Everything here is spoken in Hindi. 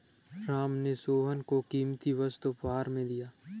राम ने सोहन को कीमती वस्तु उपहार में दिया